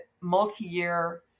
multi-year